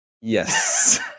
Yes